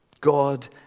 God